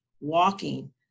walking